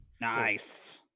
Nice